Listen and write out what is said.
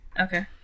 Okay